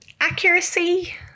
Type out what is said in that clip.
Accuracy